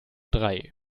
drei